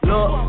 Look